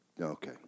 okay